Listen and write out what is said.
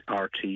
RT